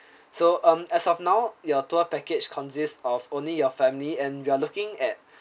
so um as of now your tour package consists of only your family and we are looking at